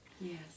Yes